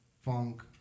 funk